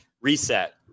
reset